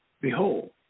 Behold